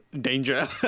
danger